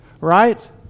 right